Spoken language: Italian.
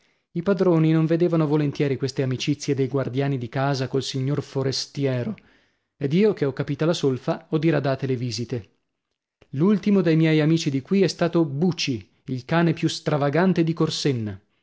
i padroni non vedevano volentieri queste amicizie dei guardiani di casa col signor forestiero ed io che ho capita la solfa ho diradate le visite l'ultimo dei miei amici di qui è stato buci il cane più stravagante di corsenna